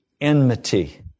enmity